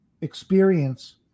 experience